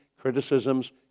criticisms